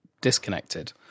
disconnected